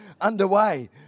underway